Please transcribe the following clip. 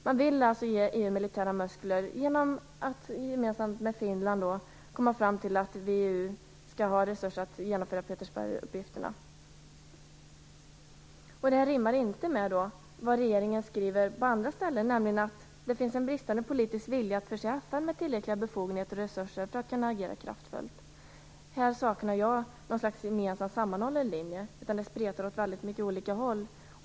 Man har tillsammans med Finland kommit fram till att VEU skall ha resurser att genomföra de s.k. Petersberguppgifterna, och vill på så sätt ge EU militära muskler. Detta rimmar inte med vad regeringen skriver på andra ställen, nämligen att det finns en bristande politisk vilja att förse FN med tillräckliga befogenheter och resurser för att kunna agera kraftfullt. Här saknar jag en gemensam, sammanhållen linje. Det spretar väldigt mycket åt olika håll.